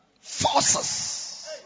Forces